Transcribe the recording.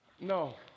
No